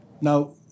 Now